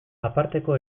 aparteko